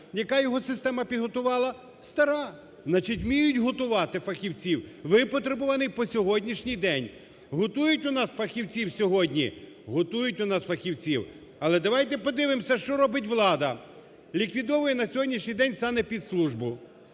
Яка його система підготувала? Стара. Значить, вміють готувати фахівців. Витребуваний по сьогоднішній день. Готують у нас фахівців сьогодні? Готують у нас фахівців. Але давайте подивимось, що робить влада? Ліквідовує на сьогоднішній день санепідслужбу.